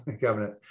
government